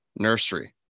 nursery